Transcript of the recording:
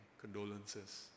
condolences